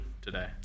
today